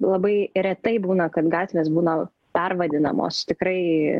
labai retai būna kad gatvės būna pervadinamos tikrai